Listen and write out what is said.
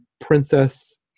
princess